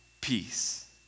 peace